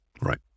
right